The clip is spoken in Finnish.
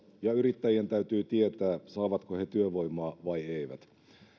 ja yrittäjien täytyy tietää saavatko he työvoimaa vai eivät